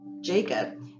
Jacob